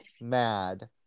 mad